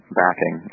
backing